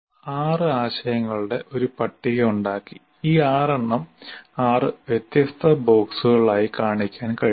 ഞങ്ങൾ 6 ആശയങ്ങളുടെ ഒരു പട്ടിക ഉണ്ടാക്കി ഈ 6 എണ്ണം 6 വ്യത്യസ്ത ബോക്സുകളായി കാണിക്കാൻ കഴിയും